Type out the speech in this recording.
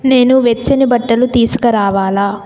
నేను వెచ్చని బట్టలు తీసుకురావాలా